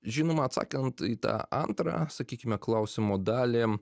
žinoma atsakant į tą antrą sakykime klausimo dalį